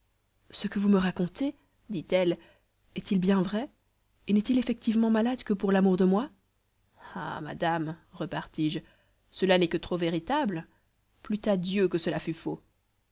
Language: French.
ce que vous me racontez dit-elle est-il bien vrai et n'est-il effectivement malade que pour l'amour de moi ah madame repartis-je cela n'est que trop véritable plût à dieu que cela fût faux